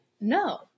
No